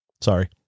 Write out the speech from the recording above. Sorry